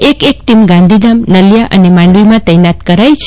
એક એક ટીમ ગાંધીધામ નલિયા અને માંડવીમાં તૈનાત કરાઈ છે